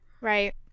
Right